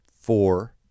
four